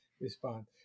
respond